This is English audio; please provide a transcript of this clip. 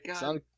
God